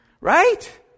Right